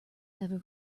ever